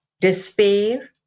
despair